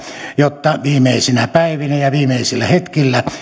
jotta viimeisinä päivinä ja ja viimeisillä hetkillä